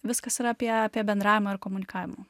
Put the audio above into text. viskas yra apie apie bendravimą ir komunikavimą